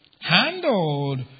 handled